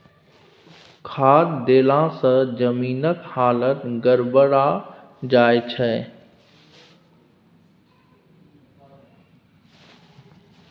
खाद देलासँ जमीनक हालत गड़बड़ा जाय छै